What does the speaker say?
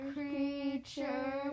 Creature